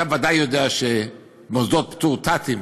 אתה בוודאי יודע שבמוסדות פטור, ת"תים,